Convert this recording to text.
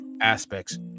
aspects